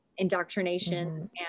indoctrination